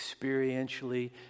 experientially